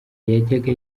yajyaga